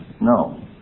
No